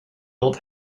old